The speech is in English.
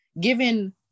Given